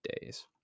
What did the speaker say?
days